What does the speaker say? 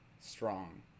strong